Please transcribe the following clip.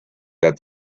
that